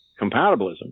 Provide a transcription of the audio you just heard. compatibilism